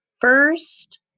first